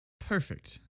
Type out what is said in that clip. perfect